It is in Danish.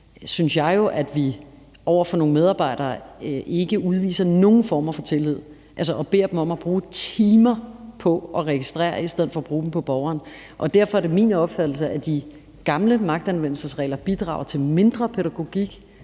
i forhold til at vi over for nogle medarbejdere ikke udviser nogen form for tillid og beder dem om at bruge timer på at registrere i stedet for at bruge dem på borgeren. Derfor er det min opfattelse, at de gamle magtanvendelsesregler bidrager til mindre pædagogik,